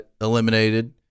eliminated